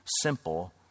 simple